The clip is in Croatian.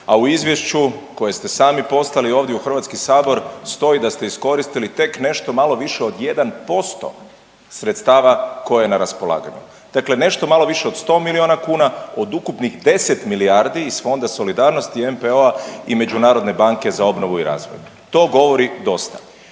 a u izvješću koje ste sami poslali ovdje u Hrvatski sabor stoji da ste iskoristili tek nešto malo više od 1% sredstava koje je raspolaganju. Dakle, nešto malo više od 100 miliona kuna od ukupnih 10 milijardi iz Fonda solidarnosti MPO-a i Međunarodne banke za obnovu i razvoj. To govori dosta,